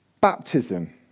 baptism